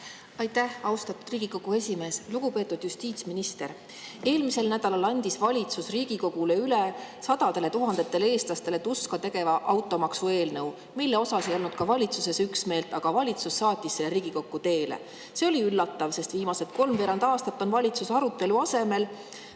Aitäh, austatud Riigikogu esimees! Lugupeetud justiitsminister! Eelmisel nädalal andis valitsus Riigikogule üle sadadele tuhandetele eestlastele tuska tegeva automaksu eelnõu, mille suhtes ei olnud ka valitsuses üksmeelt. Aga valitsus saatis selle Riigikokku teele. See oli üllatav, sest viimased kolmveerand aastat on valitsus arutelu asemel